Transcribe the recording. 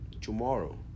tomorrow